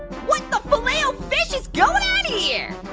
what the filet-o-fish is going on here?